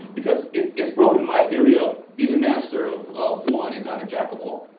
because it's it's broken my theory of be the master of of one, and not a jack of all.